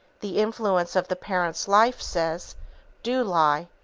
the influence of the parent's life says do lie.